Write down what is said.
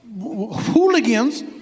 hooligans